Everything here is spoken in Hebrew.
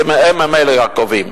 כי הם ממילא הקובעים.